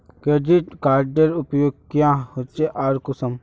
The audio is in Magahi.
क्रेडिट कार्डेर उपयोग क्याँ होचे आर कुंसम?